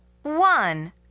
One